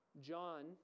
John